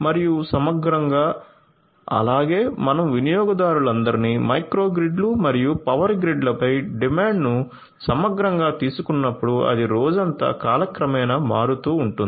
మరియు సమగ్రంగా అలాగే మనం వినియోగదారులందరినీ మైక్రో గ్రిడ్లు మరియు పవర్ గ్రిడ్లపై డిమాండ్ను సమగ్రంగా తీసుకున్నప్పుడు అది రోజంతా కాలక్రమేణా మారుతూ ఉంటుంది